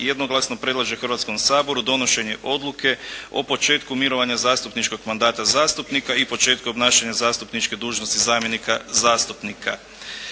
jednoglasno predlaže Hrvatskom saboru donošenje odluke o početku mirovanja zastupničkog mandata zastupnika i početku obnašanja zastupničke dužnosti zamjenika zastupnika.